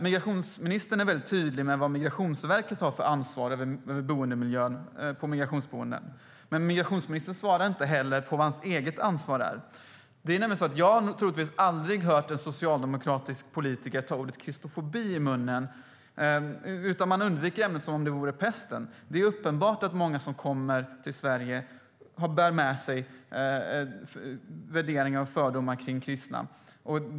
Migrationsministern är tydlig med vad Migrationsverket har för ansvar över boendemiljön på migrationsboenden, men han svarade inte på vad hans eget ansvar är. Jag har aldrig hört någon socialdemokratisk politiker ta ordet kristofobi i sin mun, utan man undviker ämnet som om det vore pesten. Det är uppenbart att många som kommer till Sverige bär med sig värderingar och fördomar kring kristna.